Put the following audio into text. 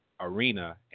arena